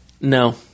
No